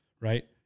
right